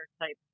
type